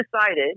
decided